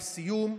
לסיום,